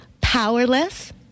powerless